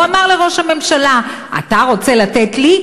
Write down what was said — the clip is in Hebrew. הוא אמר לראש הממשלה: אתה רוצה לתת לי?